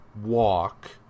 walk